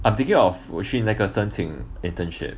I'm thinking of 我去那个申请 internship